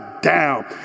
down